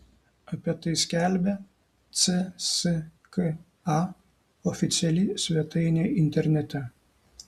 apie tai skelbia cska oficiali svetainė internete